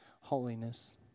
holiness